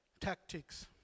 tactics